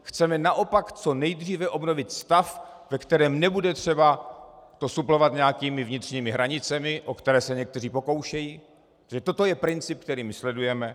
Chceme naopak co nejdříve obnovit stav, ve kterém nebude třeba to suplovat nějakými vnitřními hranicemi, o které se někteří pokoušejí, takže toto je princip, který my sledujeme.